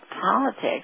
politics